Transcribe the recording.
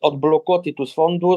atblokuoti tuos fondus